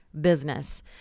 business